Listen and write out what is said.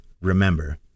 Remember